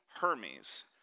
Hermes